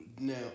Now